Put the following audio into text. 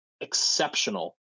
exceptional